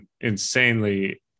insanely